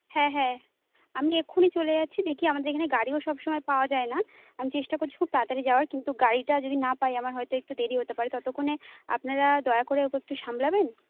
হ্যাঁ হ্যাঁ আমি এক্ষুনি চলে যাচ্ছি দেখি আমাদের এখানে গাড়িও সবসময় পাওয়া যায় না আমি চেষ্টা করছি খুব তাড়াতাড়ি যাওয়ার কিন্তু গাড়িটা যদি না পাই আমার হয়তো একটু দেরি হতে পারে ততক্ষণে আপনারা দয়া করে ওকে একটু সামলাবেন